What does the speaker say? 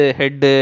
head